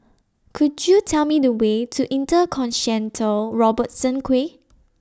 Could YOU Tell Me The Way to InterContinental Robertson Quay